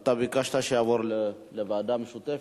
אתה ביקשת שיעבור לוועדה משותפת,